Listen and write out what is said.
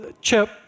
Chip